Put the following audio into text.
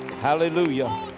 hallelujah